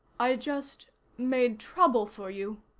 i just made trouble for you,